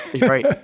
Right